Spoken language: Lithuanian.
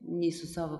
nei su savo